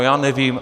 Já nevím.